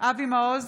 אבי מעוז,